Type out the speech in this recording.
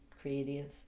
creative